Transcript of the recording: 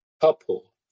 couple